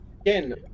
again